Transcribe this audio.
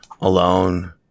alone